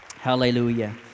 hallelujah